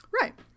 Right